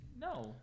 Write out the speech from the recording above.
No